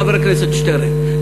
חבר הכנסת שטרן,